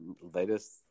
latest